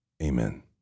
Amen